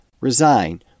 resign